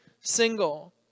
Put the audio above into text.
single